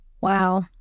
Wow